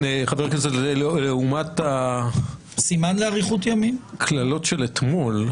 כן, זה לעומת הקללות של אתמול.